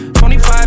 25